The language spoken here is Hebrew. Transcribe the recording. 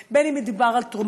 בין אם מדובר בחינוך לאחדות,